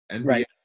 Right